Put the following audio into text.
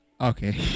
okay